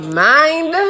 mind